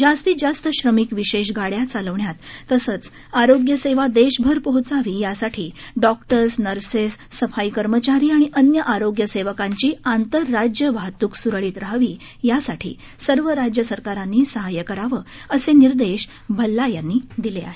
जास्तीत जास्त श्रमिक विशेष गाड्या चालवण्यामध्ये तसंच आरोग्य सेवा देशभर पोहोचावी यासाठी डॉक्टर्स नर्सेस सफाई कर्मचारी आणि अन्य आरोग्य सेवकांची आंतर राज्य वाहतूक सुरळीत राहावी यासाठी सर्व राज्य सरकारांनी साहाय्य करावं असे निर्देश भल्ला यांनी दिली आहेत